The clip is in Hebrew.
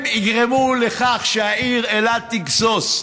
הם יגרמו לכך שהעיר אילת תגסוס,